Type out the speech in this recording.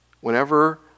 Whenever